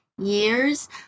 Years